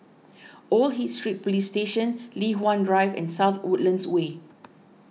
Old Hill Street Police Station Li Hwan Drive and South Woodlands Way